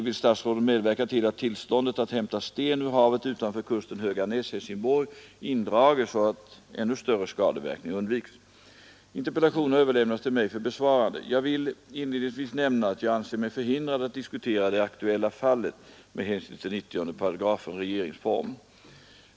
Vill statsrådet medverka till att tillståndet att hämta sten ur ha utanför kusten Höganäs—Helsingborg indrages så att ännu större skade verkningar undvikes? Interpellationen har överlämnats till mig för besvarande. Jag vill inledningsvis nämna att jag anser mig förhindrad att diskutera det aktuella fallet med hänsyn till 90 § regeringsformen.